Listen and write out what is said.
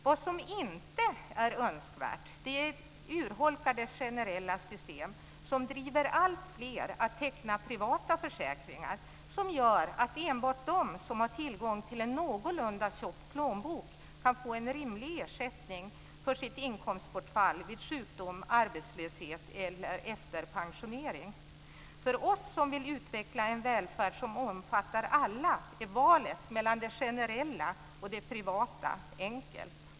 Vad som inte är önskvärt är urholkade generella system, som driver alltfler att teckna privata försäkringar och som gör att enbart de som har tillgång till en någorlunda tjock plånbok kan få en rimlig ersättning för sitt inkomstbortfall vid sjukdom eller arbetslöshet eller efter pensionering. För oss som vill utveckla en välfärd som omfattar alla är valet mellan det generella och det privata enkelt.